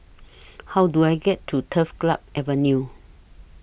How Do I get to Turf Club Avenue